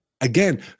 Again